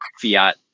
fiat